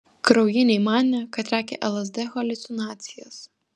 kraujiniai manė kad regi lsd haliucinacijas